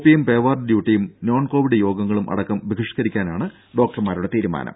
പിയും പേവാർഡ് ഡ്യൂട്ടിയും non Covid യോഗങ്ങളും അടക്കം ബഹിഷ്കരിക്കാനാണ് ഡോക്ടർമാരുടെ തീരുമാനം